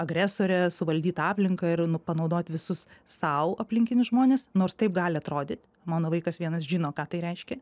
agresorė suvaldyt aplinką ir panaudot visus sau aplinkinius žmones nors taip gali atrodyt mano vaikas vienas žino ką tai reiškia